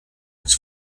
its